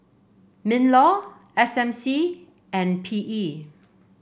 Minlaw S M C and P E